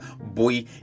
Boy